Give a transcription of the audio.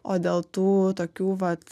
o dėl tų tokių vat